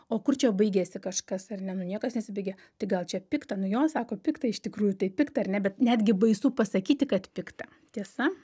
o kur čia baigiasi kažkas ar ne nu niekas nesibaigia tai gal čia pikta nu jo sako pikta iš tikrųjų tai pikta ar ne bet netgi baisu pasakyti kad pikta tiesa